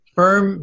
firm